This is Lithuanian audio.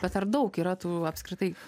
bet ar daug yra tų apskritai